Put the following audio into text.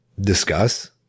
discuss